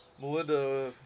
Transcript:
Melinda